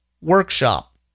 workshop